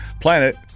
planet